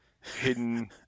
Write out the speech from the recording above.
hidden